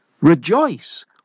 rejoice